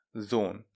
zone